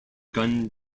gun